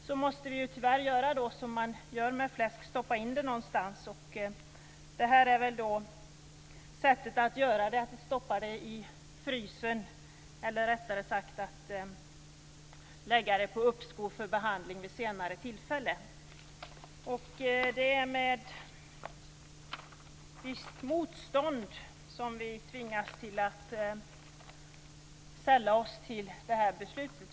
Då måste vi tyvärr göra med dessa propositioner som man gör med fläsk, nämligen stoppa in det någonstans, t.ex. i frysen, eller rättare sagt lägga dem på uppskov för behandling vid senare tillfälle. Det är med visst motstånd som vi tvingas sälla oss till det här beslutet.